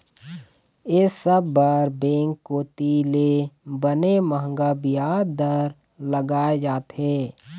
ये सब बर बेंक कोती ले बने मंहगा बियाज दर लगाय जाथे